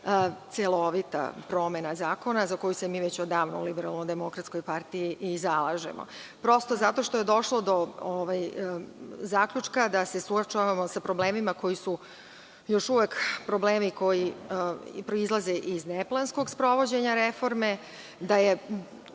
celovita promena zakona, za koju se mi već odavno u Liberalnodemokratskoj partiji zalažemo. Prosto, zato što je došlo do zaključka da se suočavamo sa problemima koji su još uvek problemi proizilaze iz neplanskog sprovođenja reforme, da je